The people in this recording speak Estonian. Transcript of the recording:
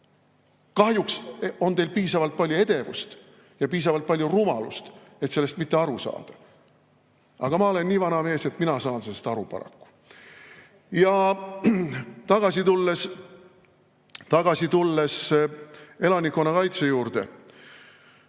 Kahjuks on teil piisavalt palju edevust ja piisavalt palju rumalust, et sellest mitte aru saada. Aga ma olen nii vana mees, et mina saan sellest aru, paraku. Tulen tagasi elanikkonnakaitse juurde.